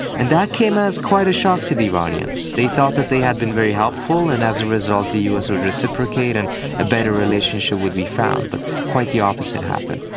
and that came as quite a shock to the iranians. they thought that they had been very helpful and as a result the us would reciprocate and a better relationship would be found. but quite the opposite happened.